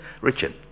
Richard